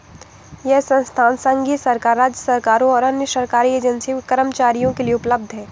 यह संसाधन संघीय सरकार, राज्य सरकारों और अन्य सरकारी एजेंसियों के कर्मचारियों के लिए उपलब्ध है